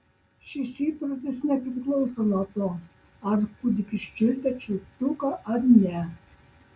šis įprotis nepriklauso nuo to ar kūdikis čiulpia čiulptuką ar ne